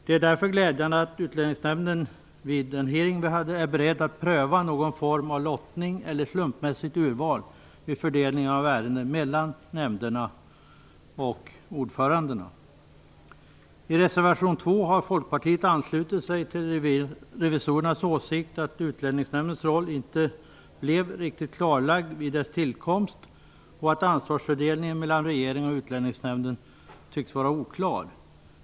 Det är därför glädjande att Utlänningsnämnden, vilket framgick vid en hearing som vi hade, är beredd att pröva någon form av lottning eller slumpmässigt urval vid fördelningen av ärenden mellan nämnderna och ordförandena. I reservation 2 har Folkpartiet anslutit sig till revisorernas åsikt att Utlänningsnämndens roll inte blev riktigt klarlagd vid dess tillkomst och att ansvarsfördelningen mellan regeringen och Utlänningsnämnden tycks vara oklar.